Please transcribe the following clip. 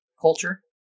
culture